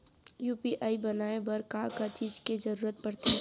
UPI बनाए बर का का चीज के जरवत पड़थे?